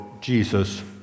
Jesus